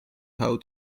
how